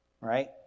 right